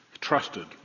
trusted